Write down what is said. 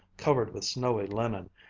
covered with snowy linen,